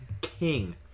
king